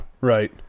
right